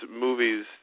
movies